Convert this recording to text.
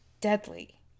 Deadly